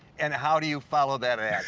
and how do you follow that act?